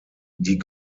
die